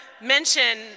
mention